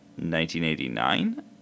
1989